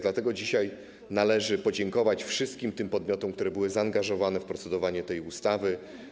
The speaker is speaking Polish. Dlatego dzisiaj należy podziękować wszystkim tym podmiotom, które były zaangażowane w procedowanie nad tą ustawą.